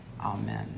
Amen